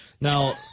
Now